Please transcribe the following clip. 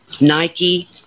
Nike